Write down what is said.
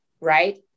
right